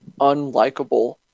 unlikable